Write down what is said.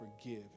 forgive